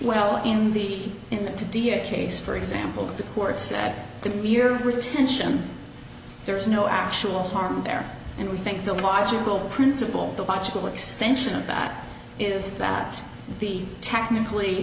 well in the in the dia case for example the courts at the mere retention there is no actual harm there and we think the logical principle the logical extension of that is that the technically